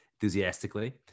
enthusiastically